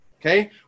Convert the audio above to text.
Okay